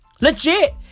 Legit